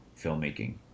filmmaking